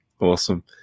Awesome